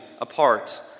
apart